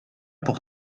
pour